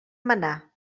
manar